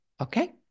Okay